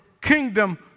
kingdom